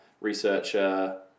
researcher